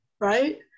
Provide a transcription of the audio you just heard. right